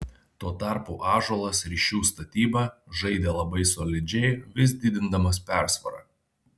tuo tarpu ąžuolas ryšių statyba žaidė labai solidžiai vis didindamas persvarą